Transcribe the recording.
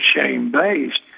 shame-based